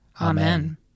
Amen